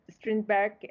Strindberg